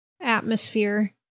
atmosphere